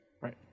Right